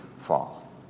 fall